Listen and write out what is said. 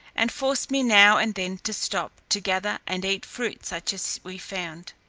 and forced me now and then to stop, to gather and eat fruit such as we found.